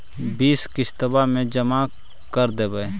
बिस किस्तवा मे जमा कर देवै?